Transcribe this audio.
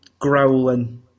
growling